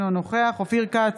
אינו נוכח אופיר כץ,